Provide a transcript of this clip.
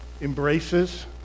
Embraces